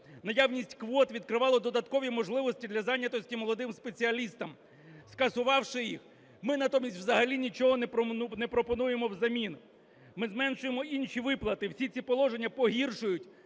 Наявність квот відкривало додаткові можливості для зайнятості молодим спеціалістам. Скасувавши їх, ми натомість взагалі нічого не пропонуємо взамін. Ми зменшуємо інші виплати. Всі ці положення погіршують